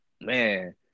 man